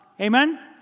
Amen